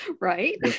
Right